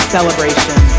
Celebration